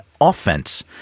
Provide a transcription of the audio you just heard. offense